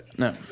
No